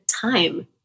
time